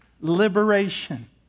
liberation